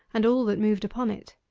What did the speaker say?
and all that moved upon it.